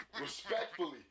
Respectfully